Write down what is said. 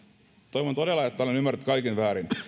toivon todella että olen ymmärtänyt kaiken väärin